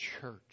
church